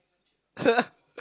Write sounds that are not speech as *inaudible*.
*laughs*